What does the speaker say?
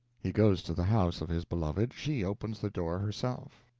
he goes to the house of his beloved she opens the door herself.